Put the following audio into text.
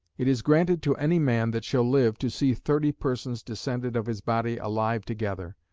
it is granted to any man that shall live to see thirty persons descended of his body alive together,